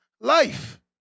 life